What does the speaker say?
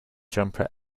jumper